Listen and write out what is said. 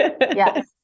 yes